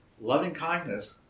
Loving-kindness